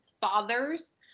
Fathers